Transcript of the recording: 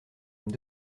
deux